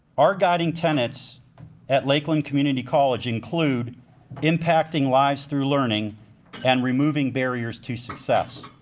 our guiding tenets at lakeland community college include impacting lives through learning and removing barriers to success.